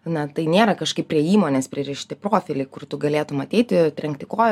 na tai nėra kažkaip prie įmonės pririšti profiliai kur tu galėtum ateiti trenkti koja